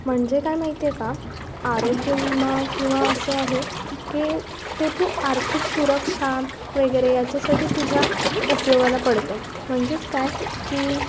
म्हणजे काय माहिती आहे का आरोग्यविमा किंवा असं आहे की ते तू आर्थिक सुरक्षा वगैरे याच्यासाठी तुझ्या उपयोगाला पडतं म्हणजेच काय की